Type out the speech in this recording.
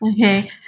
Okay